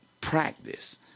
practice